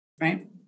right